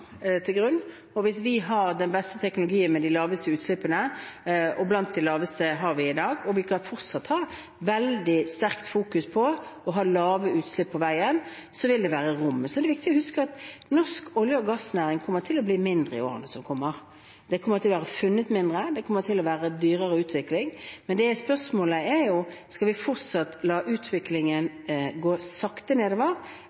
til grunn. Og hvis vi har den beste teknologien, med de laveste utslippene – vi har noen av de laveste i dag, og vi skal fortsatt fokusere veldig sterkt på å ha lave utslipp på veien – vil det være rom. Så er det viktig å huske at norsk olje- og gassnæring kommer til å bli mindre i årene som kommer. Det kommer til å bli funnet mindre, det kommer til å være dyrere å utvikle. Men spørsmålet er: Skal vi fortsatt la